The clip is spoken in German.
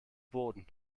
boden